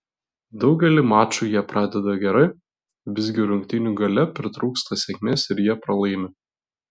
daugelį mačų jie pradeda gerai visgi rungtynių gale pritrūksta sėkmės ir jie pralaimi